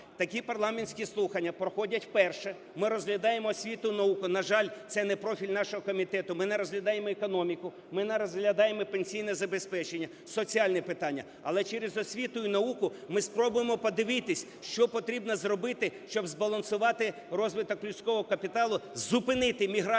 такі парламентські слухання проходять вперше. Ми розглядаємо освіту і науку. На жаль, це не профіль нашого комітету. Ми не розглядаємо економіку, ми не розглядаємо пенсійне забезпечення, соціальне питання. Але через освіту і науку ми спробуємо подивитися, що потрібно зробити, щоб збалансувати розвиток людського капіталу, зупинити міграцію